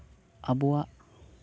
ᱟᱵᱚᱣᱟᱜ